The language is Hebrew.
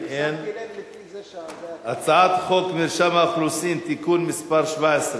ההצעה להעביר את הצעת חוק מרשם האוכלוסין (תיקון מס' 17)